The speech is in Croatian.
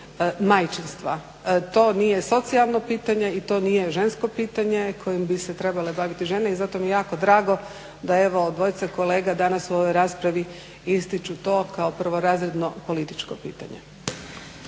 majčinstva. To nije socijalno pitanje i to nije žensko pitanje kojim bi se trebale baviti žene i zato mi je jako drago da evo dvojica kolega danas u ovoj raspravi ističu to kao prvorazredno političko pitanje.